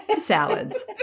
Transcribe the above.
salads